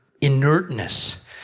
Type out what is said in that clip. inertness